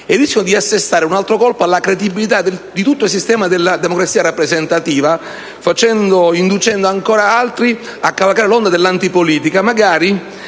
rischiando di assestare un altro colpo alla credibilità di tutto il sistema della democrazia rappresentativa, inducendo ancora altri a cavalcare l'onda dell'antipolitica,